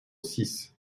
six